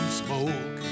smoke